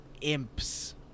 imps